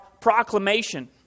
proclamation